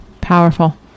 powerful